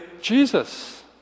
Jesus